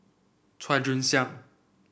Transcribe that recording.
Chua Joon Siang